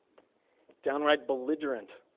down-right belligerent.